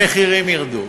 המחירים ירדו.